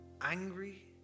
angry